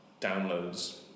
downloads